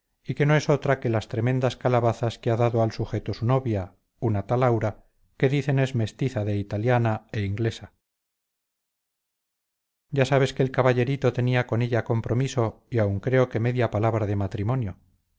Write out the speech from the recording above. y que no es otra que las tremendas calabazas que ha dado al sujeto su novia una tal aura que dicen es mestiza de italiana e inglesa ya sabes que el caballerito tenía con ella compromiso y aun creo que mediaba palabra de matrimonio